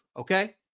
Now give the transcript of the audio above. Okay